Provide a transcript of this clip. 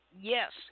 Yes